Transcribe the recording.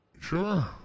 Sure